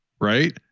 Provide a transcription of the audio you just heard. right